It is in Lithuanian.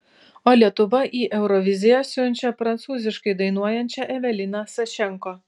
o lietuva į euroviziją siunčia prancūziškai dainuojančią eveliną sašenko